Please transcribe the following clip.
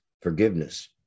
forgiveness